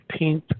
15th